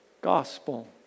gospel